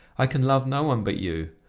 i can love no one but you.